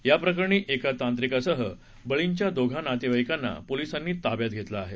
या प्रकरणी एका तांत्रिकासह बळींच्या दोघा नातेवाईकांना पोलीसांनी ताब्यात घेतले आहे